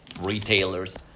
retailers